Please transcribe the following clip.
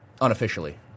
unofficially